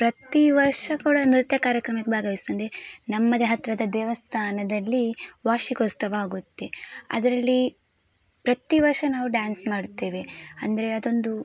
ಪ್ರತಿ ವರ್ಷ ಕೂಡ ನೃತ್ಯ ಕಾರ್ಯಕ್ರಮಕ್ಕೆ ಭಾಗವಹಿಸ್ತಿದ್ದೆ ನಮ್ಮದೆ ಹತ್ತಿರದ ದೇವಸ್ಥಾನದಲ್ಲಿ ವಾರ್ಷಿಕೋತ್ಸವ ಆಗುತ್ತೆ ಅದರಲ್ಲಿ ಪ್ರತಿ ವರ್ಷ ನಾವು ಡ್ಯಾನ್ಸ್ ಮಾಡುತ್ತೇವೆ ಅಂದರೆ ಅದೊಂದು